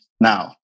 now